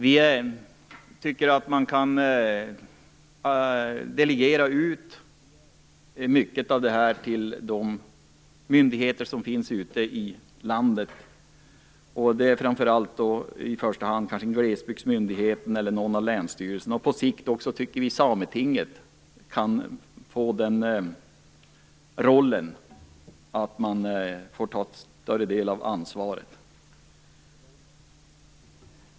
Vi tycker att man kan delegera mycket av detta till de myndigheter som finns ute i landet. Det handlar kanske i första hand om Glesbygdsmyndigheten eller någon av länsstyrelserna. På sikt tycker vi också att Sametinget kan få ta en större del av ansvaret.